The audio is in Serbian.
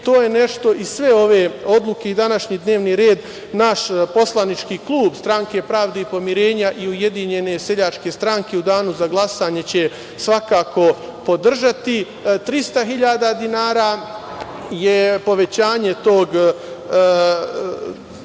To je nešto i sve ove odluke i današnji dnevni red, naš poslanički klub stranke Pravde i pomirenja i Ujedinjene seljačke stranke u Danu za glasanje će svakako podržati, 300 hiljada dinara je povećanje tog dodatka